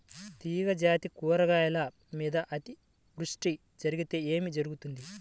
తీగజాతి కూరగాయల మీద అతివృష్టి జరిగితే ఏమి జరుగుతుంది?